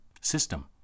system